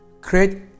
create